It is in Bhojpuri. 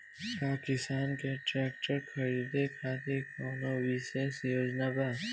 का किसान के ट्रैक्टर खरीदें खातिर कउनों विशेष योजना बा?